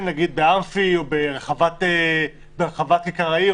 למשל באמפי או ברחבת כיכר העיר,